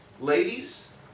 ladies